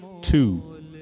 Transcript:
Two